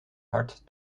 hard